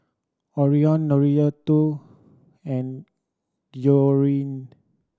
Orion Norita and Georgine